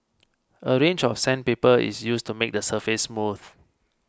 a range of sandpaper is used to make the surface smooth